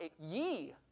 Ye